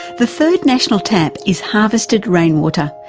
the third national tap is harvested rainwater,